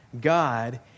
God